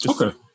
Okay